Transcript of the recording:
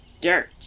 dirt